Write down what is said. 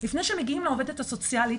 לפני שמגיעים לעובדת הסוציאלית,